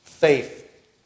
Faith